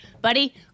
buddy